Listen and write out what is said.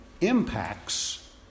impacts